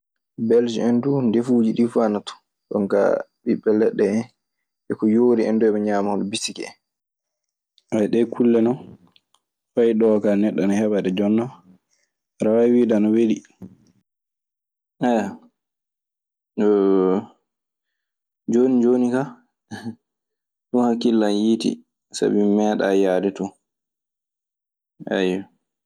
Bels en duu, ndefuuji ɗii fuu ana ton. Jonkaa ɓiɓɓe leɗɗe en, e ko yoori en duu eɓe ñaama hono bisiki en. Ɗee kulle non fayi ɗoo kaa neɗɗo ana heɓa ɗe. Jooni non ana waawi wiide ana weli. Aya jooni jooni ka, laught ɗun hakkille an yiiti. Sabi mi meeɗay yaade ton aya.